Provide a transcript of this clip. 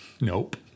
Nope